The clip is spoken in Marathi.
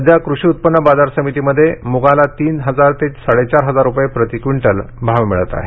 सध्या कृषी उत्पन्न बाजार समितीमध्ये मुगाला तीन हजार ते साडेचार हजार रुपये प्रति क्विंटल भाव मिळत आहे